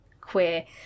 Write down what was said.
queer